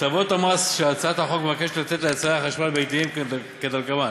הטבות המס שהצעת החוק מבקשת לתת ליצרני החשמל הביתיים הן כדלקמן: